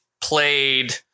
played